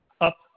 up